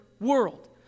world